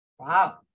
Wow